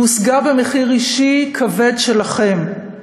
היא הושגה במחיר אישי כבד שלכם.